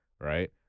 right